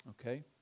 Okay